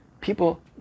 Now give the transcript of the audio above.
people